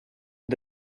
but